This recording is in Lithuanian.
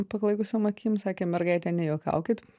paklaikusios akim sakė mergaite nejuokaukit